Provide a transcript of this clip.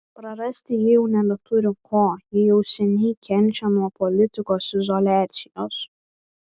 prarasti ji jau nebeturi ko ji jau seniai kenčia nuo politikos izoliacijos